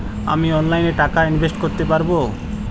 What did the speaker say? আমি অনলাইনে টাকা ইনভেস্ট করতে পারবো?